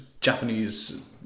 Japanese